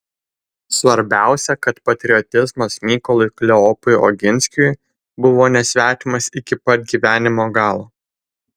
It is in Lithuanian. svarbiausia kad patriotizmas mykolui kleopui oginskiui buvo nesvetimas iki pat gyvenimo galo